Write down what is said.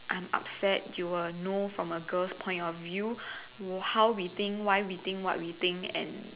I'm upset you will know from a girl's point of view w~ how we think why we think what we think and